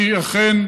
כי אכן,